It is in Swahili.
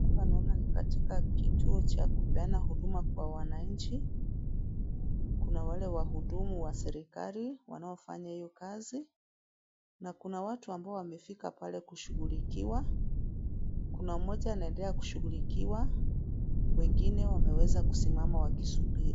Hapa naona ni katika kituo cha kupeana huduma kwa wananchi, kuna wale wahudumu wa serikali wanaofanya hiyo kazi na kuna watu ambao wamefika pale kushughulikiwa, kuna mmoja anaendelea kushughulikiwa wengine wameweza kusimama wakisubiri.